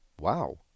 wow